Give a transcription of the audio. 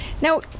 Now